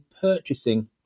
purchasing